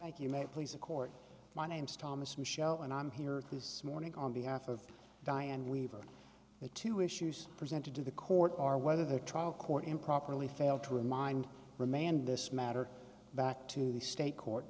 thank you may please the court my name's thomas michelle and i'm here this morning on behalf of diane weaver the two issues presented to the court are whether the trial court improperly failed to remind remand this matter back to the state court